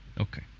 Okay